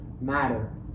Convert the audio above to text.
matter